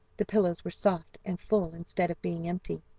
the pillows were soft and full instead of being empty,